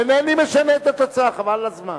אינני משנה את התוצאה, חבל על הזמן.